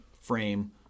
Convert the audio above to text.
frame